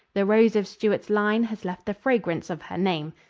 the rose of stuart's line has left the fragrance of her name,